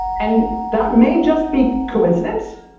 and that may just be coincidence.